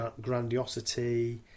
grandiosity